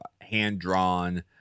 hand-drawn